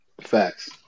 facts